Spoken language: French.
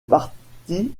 parti